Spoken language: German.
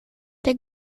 der